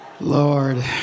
Lord